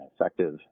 effective